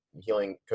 healing